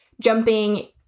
jumping